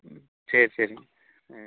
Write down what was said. ம் சரி சரிங்க ஆ